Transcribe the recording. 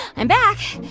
i'm back.